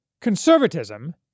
Conservatism